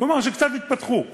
כלומר התפתחו קצת?